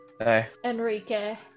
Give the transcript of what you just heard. Enrique